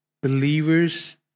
believers